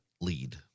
lead